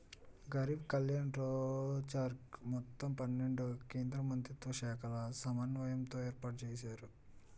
గరీబ్ కళ్యాణ్ రోజ్గర్ మొత్తం పన్నెండు కేంద్రమంత్రిత్వశాఖల సమన్వయంతో ఏర్పాటుజేశారు